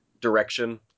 direction